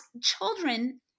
children